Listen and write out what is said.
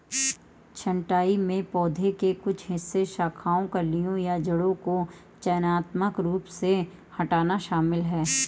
छंटाई में पौधे के कुछ हिस्सों शाखाओं कलियों या जड़ों को चयनात्मक रूप से हटाना शामिल है